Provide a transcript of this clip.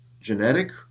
genetic